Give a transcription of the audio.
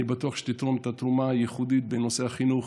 אני בטוח שתתרום את התרומה הייחודית בנושא החינוך,